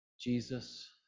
Jesus